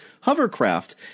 hovercraft